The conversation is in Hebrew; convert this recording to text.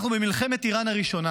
אנחנו במלחמת איראן הראשונה.